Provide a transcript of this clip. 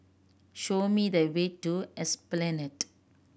show me the way to Esplanade